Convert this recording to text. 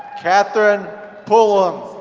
katherine pulham,